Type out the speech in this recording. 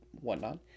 whatnot